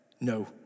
No